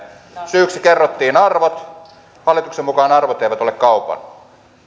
syyksi kerrottiin arvot hallituksen mukaan arvot eivät ole kaupan